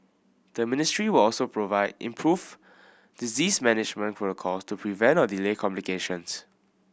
the ministry will also provide improve disease management protocol to prevent or delay complications